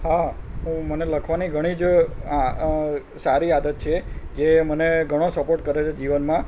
હા હું મને લખવાની ઘણી જ આ સારી આદત છે જે મને ઘણો સપોર્ટ કરે છે જીવનમાં